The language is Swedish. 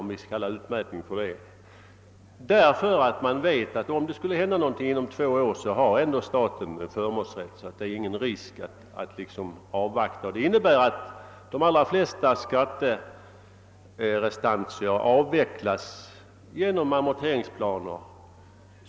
Om man vet att staten ändå har förmånsrätt, om någonting skulle hända inom två år, är det ingen risk att avvakta. Det innebär att de flesta skatterestantier avvecklas genom amorteringsplan.